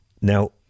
Now